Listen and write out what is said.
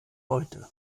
heute